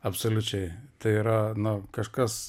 absoliučiai tai yra nu kažkas